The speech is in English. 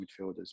midfielders